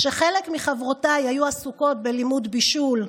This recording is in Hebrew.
כשחלק מחברותיי היו עסוקות בלימוד בישול,